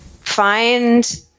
find